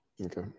Okay